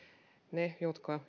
he jotka